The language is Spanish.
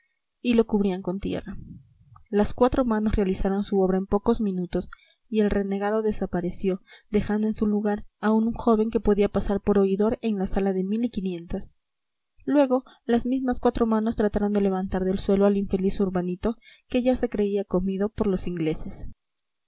y lo cubrían con tierra las cuatro manos realizaron su obra en pocos minutos y el renegado desapareció dejando en su lugar a un joven que podía pasar por oidor en la sala de mil y quinientas luego las mismas cuatro manos trataron de levantar del suelo al infeliz urbanito que ya se creía comido por los ingleses los